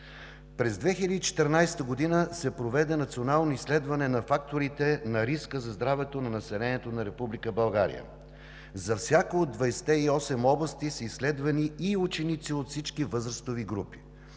През 2014 г. се проведе национално изследване на факторите на риска за здравето на населението на Република България. За всяка от 28-те области са изследвани ученици от всички възрастови групи.